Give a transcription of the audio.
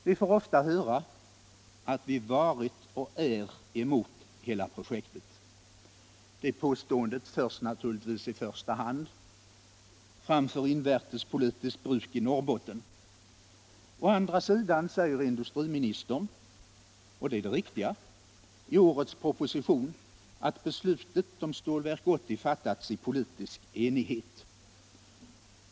Vi får ofta höra att vi varit och är emot hela projektet. Det påståendet förs naturligtvis i första hand fram för invärtespolitiskt bruk i Norrbotten. Å andra sidan säger industriministern — och det är det riktiga — i årets proposition att beslutet om att Stålverk 80 skulle komma till stånd fattats i politisk enighet.